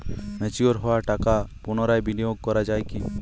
Mature হওয়া টাকা পুনরায় বিনিয়োগ করা য়ায় কি?